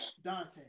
Dante